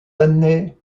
années